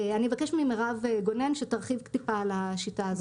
אני אבקש ממירב גונן שתרחיב טיפה על השיטה הזאת.